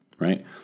right